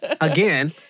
again